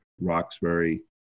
Roxbury